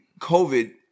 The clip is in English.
COVID